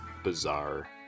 Bizarre